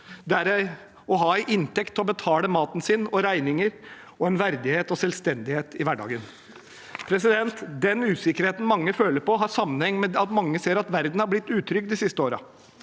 det er å ha en inntekt til å betale maten sin og regninger med, og verdighet og selvstendighet i hverdagen. Den usikkerheten mange føler på, har sammenheng med at mange ser at verden har blitt utrygg de siste årene.